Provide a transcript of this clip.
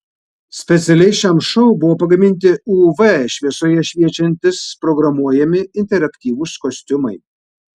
specialiai šiam šou buvo pagaminti uv šviesoje šviečiantys programuojami interaktyvūs kostiumai